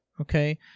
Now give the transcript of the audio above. Okay